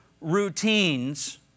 routines